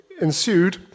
ensued